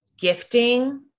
gifting